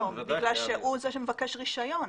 בגלל זה שהוא זה שמבקש רישיון.